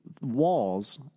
walls